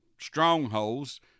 strongholds